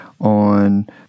on